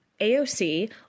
AOC